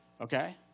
okay